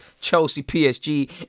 Chelsea-PSG